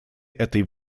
этой